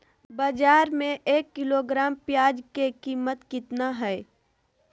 बाजार में एक किलोग्राम प्याज के कीमत कितना हाय?